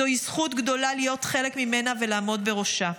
זוהי זכות גדולה להיות חלק ממנה ולעמוד בראשה.